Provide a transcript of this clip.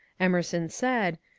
emerson said,